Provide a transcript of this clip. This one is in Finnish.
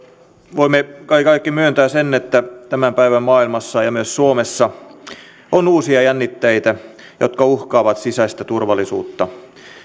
voimme kai kaikki myöntää sen että tämän päivän maailmassa ja myös suomessa on uusia jännitteitä jotka uhkaavat sisäistä turvallisuutta